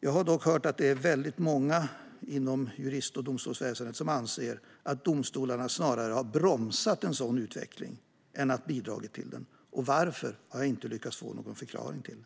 Jag har dock hört att det är många inom jurist och domstolsväsendet som anser att domstolarna snarare har bromsat en sådan utveckling än bidragit till den. Jag har inte lyckats få någon förklaring till